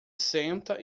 senta